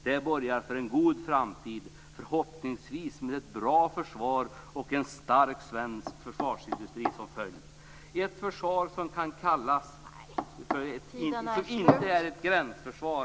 Det borgar för en god framtid, förhoppningsvis med ett bra försvar och en stark svensk försvarsindustri som följd.